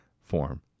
form